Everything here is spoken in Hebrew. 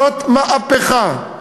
זאת מהפכה,